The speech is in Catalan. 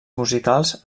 musicals